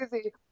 easy